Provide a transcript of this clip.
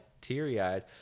teary-eyed